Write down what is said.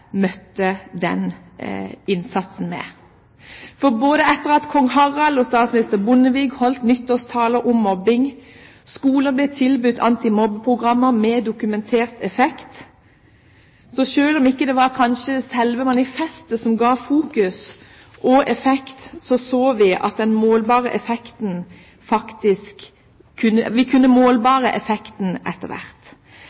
møtte den innsatsen med, etter at både kong Harald og statsminister Bondevik holdt nyttårstaler mot mobbing, og skoler ble tilbudt antimobbeprogrammer med dokumentert effekt. Selv om det kanskje ikke var selve manifestet som ga fokus og effekt, så vi den målbare effekten